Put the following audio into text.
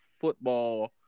football